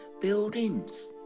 buildings